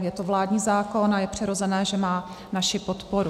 Je to vládní zákon a je přirozené, že má naši podporu.